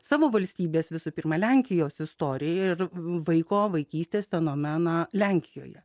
savo valstybės visų pirma lenkijos istoriją ir vaiko vaikystės fenomeno lenkijoje